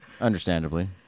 Understandably